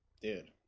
dude